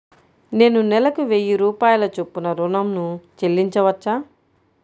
నేను నెలకు వెయ్యి రూపాయల చొప్పున ఋణం ను చెల్లించవచ్చా?